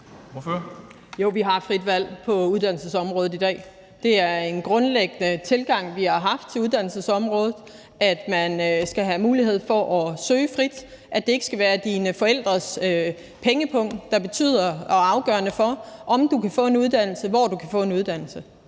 Jo, vi har frit valg på uddannelsesområdet i dag. Det er en grundlæggende tilgang, vi har haft på uddannelsesområdet, at man skal have mulighed for at søge frit; at det ikke skal være dine forældres pengepung, der er afgørende for, om du kan få en uddannelse, og hvor du kan få en uddannelse.